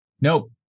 Nope